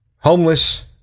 Homeless